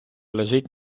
лежить